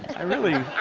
i really